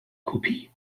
kopie